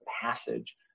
passage